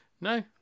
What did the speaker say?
No